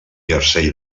jersei